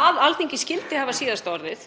að Alþingi skyldi hafa síðasta orðið,